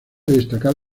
destacar